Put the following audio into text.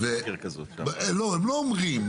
הם לא אומרים,